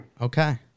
Okay